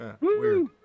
Weird